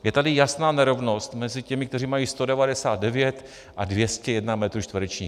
Je tady jasná nerovnost mezi těmi, kteří mají 199 a 201 metrů čtverečních.